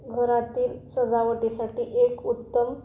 घरातील सजावटीसाठी एक उत्तम